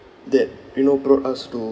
that you know brought us to